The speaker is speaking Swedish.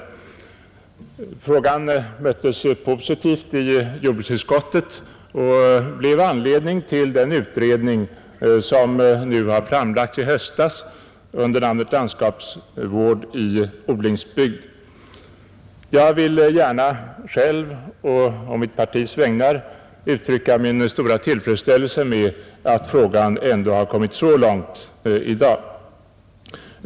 Hans motion möttes positivt i jordbruksutskottet och gav anledning till den utredning vars betänkande Landskapsvård i odlingsbygder framlades i höstas. Jag vill gärna för egen del och på mitt partis vägnar uttrycka min stora tillfredsställelse med att frågan i dag ändå har kommit så långt.